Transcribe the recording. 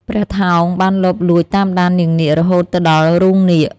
ព្រះថោងបានលបលួចតាមដាននាងនាគរហូតទៅដល់រូងនាគ។